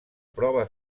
prova